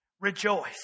Rejoice